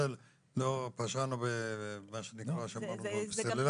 פשענו מה שנקרא כשאמרנו סרילנקה.